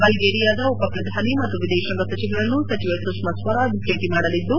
ಬಲ್ಗೇರಿಯಾದ ಉಪಪ್ರಧಾನಿ ಮತ್ತು ವಿದೇಶಾಂಗ ಸಚಿವರನ್ನು ಸಚಿವೆ ಸುಷ್ನಾ ಸ್ವರಾಜ್ ಭೇಟಿ ಮಾಡಲಿದ್ದು